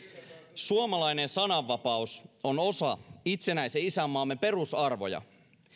suomalainen sananvapaus on osa itsenäisen isänmaamme perusarvoja